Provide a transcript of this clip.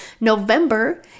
November